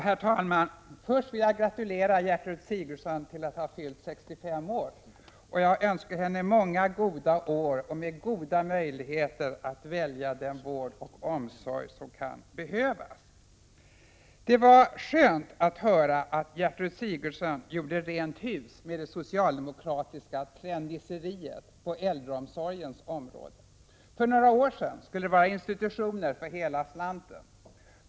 Herr talman! Först vill jag gratulera Gertrud Sigurdsen till att ha fyllt 65 år! Jag önskar henne många goda år och goda möjligheter att välja den vård och omsorg som kan behövas. Det var skönt att få höra att Gertrud Sigurdsen gjorde rent hus med det socialdemokratiska ”trendnisseriet” på äldreomsorgens område. För några år sedan skulle det vara institutioner för hela slanten.